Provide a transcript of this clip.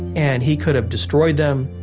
and he could've destroyed them,